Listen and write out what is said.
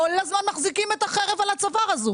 כל הזמן מחזיקים את החרב הזו על הצוואר.